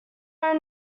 are